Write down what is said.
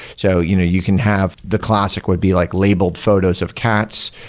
so you know you can have the classic would be like labeled photos of cats,